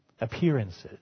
appearances